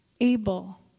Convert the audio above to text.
able